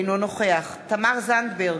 אינו נוכח תמר זנדברג,